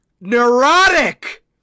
Neurotic